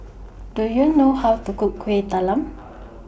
Do YOU know How to Cook Kuih Talam